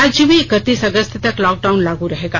राज्य में इकतीस अगस्त तक लॉकडाउन लागू रहेगा